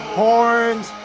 horns